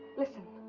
listen.